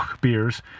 beers